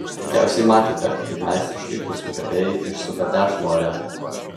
veikiausiai matėte kaip meistriškai picų kepėjai išsuka tešlą ore